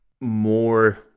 more